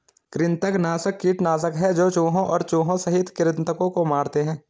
कृंतकनाशक कीटनाशक है जो चूहों और चूहों सहित कृन्तकों को मारते है